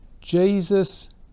Jesus